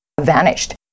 vanished